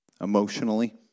emotionally